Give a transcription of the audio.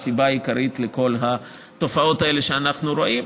שזאת הסיבה העיקרית לכל התופעות האלה שאנחנו רואים.